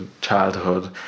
childhood